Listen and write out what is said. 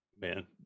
man